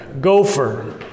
gopher